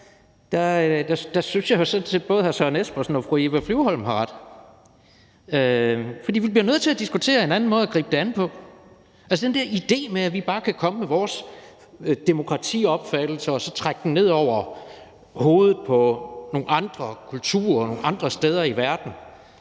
synes jeg jo sådan set, at både hr. Søren Espersen og fru Eva Flyvholm har ret, fordi vi bliver nødt til at diskutere en anden måde at gribe det an på. Altså, den der idé med, at vi bare kan komme med vores demokratiopfattelse og trække det ned over hovedet på nogle andre kulturer og nogle andre steder i verden